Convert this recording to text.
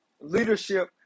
Leadership